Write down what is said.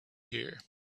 here